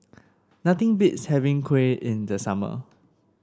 nothing beats having kuih in the summer